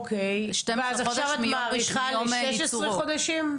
אוקיי, ועכשיו את מאריכה ל-16 חודשים?